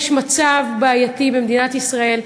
יש מצב בעייתי במדינת ישראל,